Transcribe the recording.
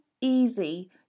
easy